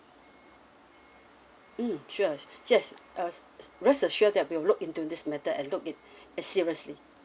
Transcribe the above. mm sure yes uh rest assure that we'll look into this matter and look it uh seriously